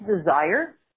desire